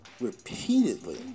repeatedly